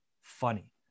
funny